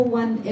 one